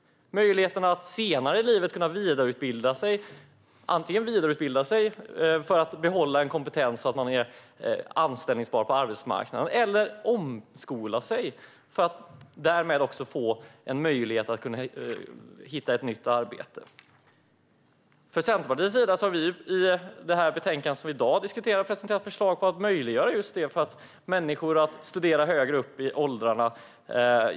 Man kanske senare i livet vill kunna vidareutbilda sig för att antingen behålla en kompetens och vara anställbar på arbetsmarknaden eller omskola sig för att därmed få möjlighet att hitta ett nytt arbete. Centerpartiet har i det betänkande som vi i dag diskuterar presenterat förslag på att möjliggöra just det här. Människor ska kunna studera högre upp i åldrarna.